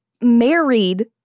married